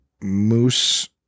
Moose